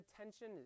attention